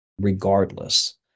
regardless